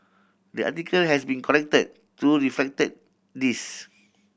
the article has been corrected to reflect this